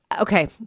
Okay